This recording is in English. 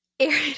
Aaron